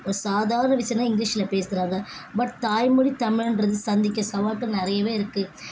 ஒரு சாதாரண விசயம்னா இங்கிலீஷில் பேசுகிறாங்க பட் தாய்மொழி தமிழுன்றது சந்திக்க சவால்கள் நிறையவே இருக்குது